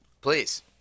please